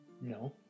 No